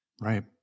Right